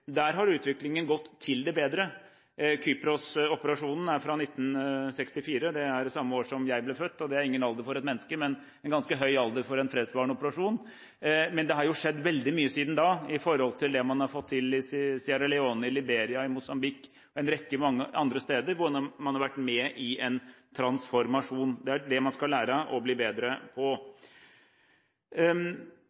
Der har utviklingen gått til det bedre. Kypros-operasjonen er fra 1964 – det er det samme året som jeg ble født. Det er ingen alder for et menneske, men det er en ganske høy alder for en fredsbevarende operasjon. Men det har skjedd veldig mye siden den gang med tanke på det man har fått til i Sierra Leone, Liberia, Mosambik og en rekke andre steder hvor man har vært med i en transformasjon. Det er det man skal lære av og bli bedre på.